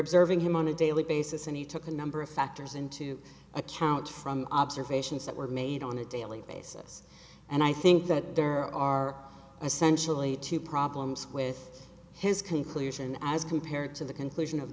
observing him on a daily basis and he took a number of factors into account from observations that were made on a daily basis and i think that there are essentially two problems with his conclusion as compared to the conclu